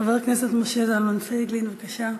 חבר הכנסת משה זלמן פייגלין, בבקשה.